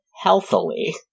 healthily